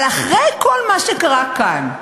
אבל אחרי כל מה שקרה כאן,